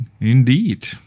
indeed